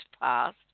past